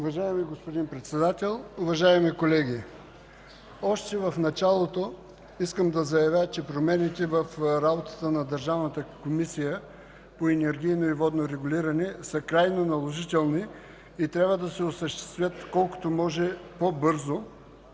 Уважаеми господин Председател, уважаеми колеги! Още в началото искам да заявя, че промените в работата на Държавната комисия за енергийно и водно регулиране са крайно наложителни и трябва да се осъществят колкото се може по-бързо,